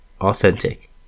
authentic